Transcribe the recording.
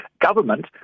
government